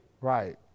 Right